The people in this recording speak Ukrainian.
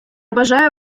бажаю